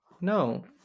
No